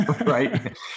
Right